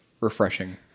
refreshing